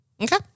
Okay